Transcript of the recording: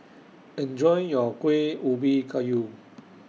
Enjoy your Kueh Ubi Kayu